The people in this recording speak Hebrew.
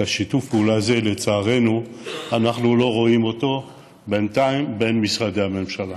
את שיתוף הפעולה הזה לצערנו אנחנו לא רואים בינתיים בין משרדי הממשלה.